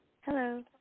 Hello